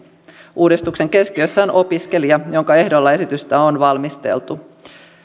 uudistuksen keskiössä on opiskelija jonka ehdolla esitystä on valmisteltu